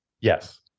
yes